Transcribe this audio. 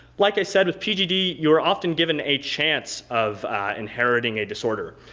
like i said with pgd you're often given a chance of inheriting a disorder.